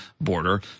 border